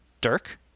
Dirk